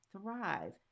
thrive